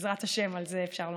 בעזרת השם, אפשר לומר.